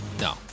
No